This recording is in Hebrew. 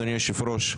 אדוני היושב ראש,